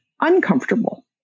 uncomfortable